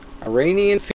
Iranian